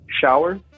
shower